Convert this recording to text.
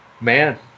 Man